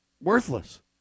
worthless